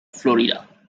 florida